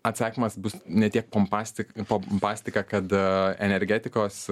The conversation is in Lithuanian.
atsakymas bus ne tiek pompastik pompastika kada energetikos